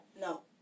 No